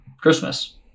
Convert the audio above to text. Christmas